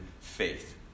faith